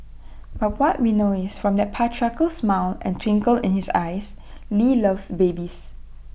but what we know is from that patriarchal smile and twinkle in his eyes lee loves babies